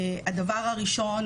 הדבר הראשון,